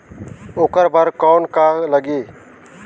ओकर बर कौन का लगी?